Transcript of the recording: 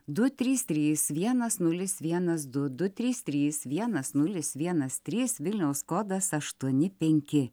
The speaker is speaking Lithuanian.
du trys trys vienas nulis vienas du du trys trys vienas nulis vienas trys vilniaus kodas aštuoni penki